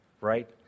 right